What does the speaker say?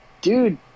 dude